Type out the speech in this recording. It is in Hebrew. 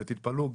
ותתפלאו,